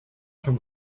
się